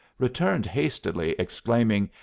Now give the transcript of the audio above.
returned hastily, exclaiming,